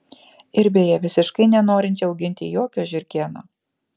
ir beje visiškai nenorinčią auginti jokio žiurkėno